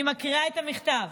אני מקריאה את המכתב: